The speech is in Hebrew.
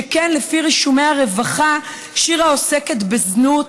שכן לפי רישומי הרווחה שירה עוסקת בזנות,